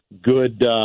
good